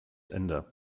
ende